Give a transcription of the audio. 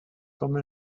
comme